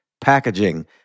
packaging